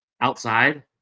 Outside